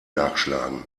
nachschlagen